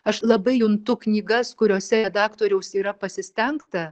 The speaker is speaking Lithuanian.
aš labai juntu knygas kuriose redaktoriaus yra pasistengta